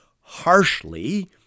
harshly